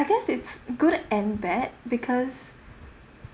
I guess it's good and bad because